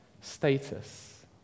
status